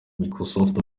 microsoft